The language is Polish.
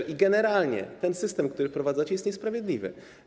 I generalnie ten system, który wprowadzacie, jest niesprawiedliwy.